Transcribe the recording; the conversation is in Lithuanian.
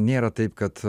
nėra taip kad